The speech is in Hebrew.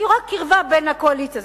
אני רואה קרבה בין הקואליציה.